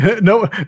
no